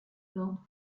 glowed